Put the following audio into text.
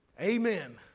Amen